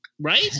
right